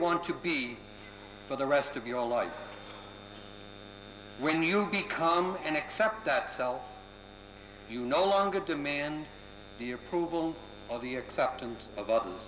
want to be for the rest of your life when you become and accept that self you no longer demand the approval of the acceptance of the